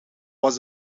was